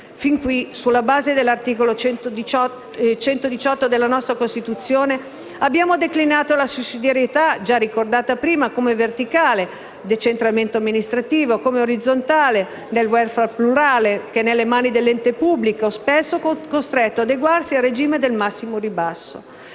Fin qui sulla base dell'articolo 118 della nostra Costituzione, abbiamo declinato la già ricordata sussidiarietà come verticale (decentramento amministrativo) o come orizzontale (*welfare* plurale, nelle mani dell'ente pubblico, spesso costretto ad adeguarsi al regime di massimo ribasso).